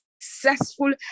successful